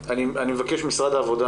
אני מבקש ממשרד העבודה